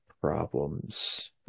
problems